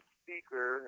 speaker